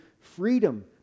freedom